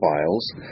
files